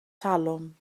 talwm